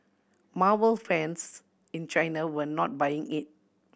marvel fans in China were not buying it